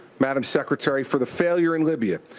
madam secretary, for the failure in libya?